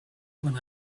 when